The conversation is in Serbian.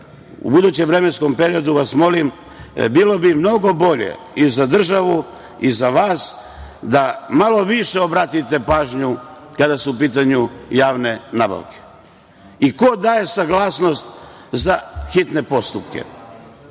U budućem vremenskom periodu, molim vas, bilo bi mnogo bolje i za državu i za vas da malo više obratite pažnju kada su u pitanju javne nabavke. Ko daje saglasnost za hitan postupak?